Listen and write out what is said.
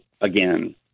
again